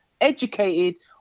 educated